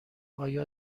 آیا